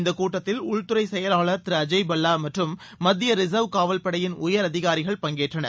இந்த கூட்டத்தில் உள்துறை செயலாளர் திரு அஜய் பல்லா மற்றும் மத்திய ரிசர்வ் காவல் படையின் உயர் அதிகாரிகள் பங்கேற்றனர்